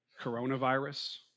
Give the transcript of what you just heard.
coronavirus